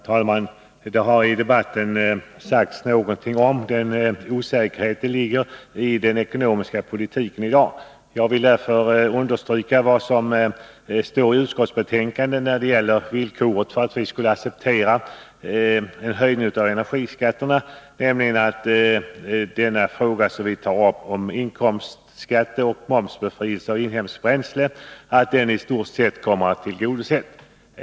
Fru talman! Det har i debatten sagts någonting om den osäkerhet som ligger i den ekonomiska politiken i dag. Jag vill därför understryka vad som står i utskottsbetänkandet när det gäller villkoret för att vi skulle acceptera en höjning av energiskatterna, nämligen att de önskemål som vi tar upp om inkomstskatteoch momsbefrielse för inhemskt bränsle i stort sett tillgodoses.